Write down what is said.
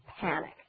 panic